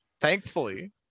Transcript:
Thankfully